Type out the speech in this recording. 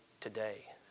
today